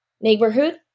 neighborhood